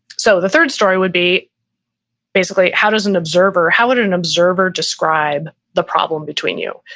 so the third story would be basically how does an observer, how would an observer describe the problem between you,